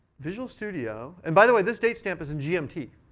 visual studio and by the way, this date stamp is in gmt.